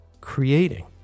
creating